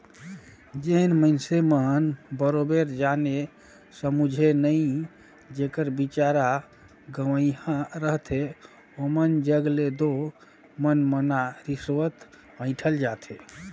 जेन मइनसे मन बरोबेर जाने समुझे नई जेकर बिचारा गंवइहां रहथे ओमन जग ले दो मनमना रिस्वत अंइठल जाथे